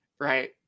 right